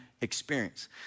experience